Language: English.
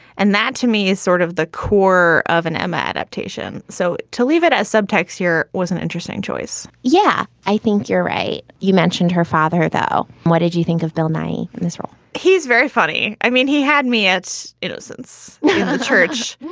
and that to me is sort of the core of an emma adaptation. so to leave it a subtext here was an interesting choice yeah, i think you're right. you mentioned her father, though. what did you think of bill nighy in this role? he's very funny i mean, he had me it's essence church.